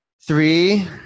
three